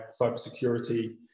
cybersecurity